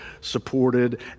supported